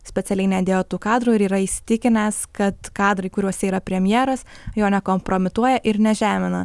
specialiai nedėjo tų kadrų ir yra įsitikinęs kad kadrai kuriuose yra premjeras jo nekompromituoja ir nežemina